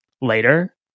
later